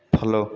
follow